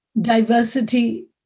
diversity